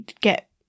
get